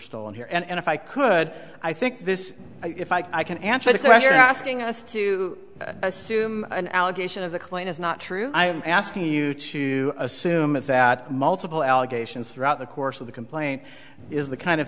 stolen here and if i could i think this if i can answer the question asking us to assume an allegation of a claim is not true i'm asking you to assume is that multiple allegations throughout the course of the complaint is the kind of